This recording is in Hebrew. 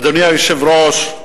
אדוני היושב-ראש,